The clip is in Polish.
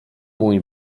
mój